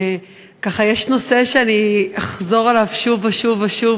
יש נושא שאני אחזור עליו שוב ושוב ושוב,